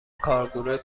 کارگروه